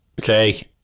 Okay